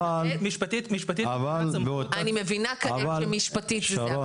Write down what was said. משפטית מבחינת סמכות --- אני מבינה כעת שמשפטית זה זה.